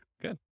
good